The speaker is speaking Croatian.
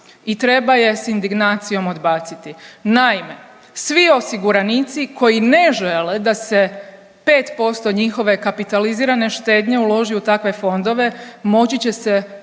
i treba je s indignacijom odbaciti. Naime, svi osiguranici koji ne žele da se 5% njihove kapitalizirane štednje uloži u takve fondove moći će se prebaciti